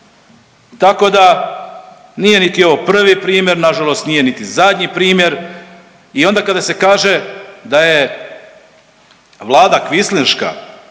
tako da nije niti ovo prvi primjer, na žalost nije niti zadnji primjer. I onda kada se kaže da je Vlada kvislinška,